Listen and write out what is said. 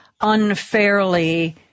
unfairly